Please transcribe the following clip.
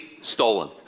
stolen